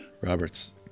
Robert's